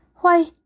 Why